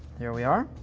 there we are,